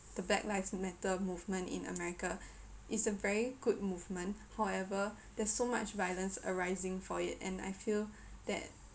the black lives matter movement in America it's a very good movement however there's so much violence arising for it and I feel that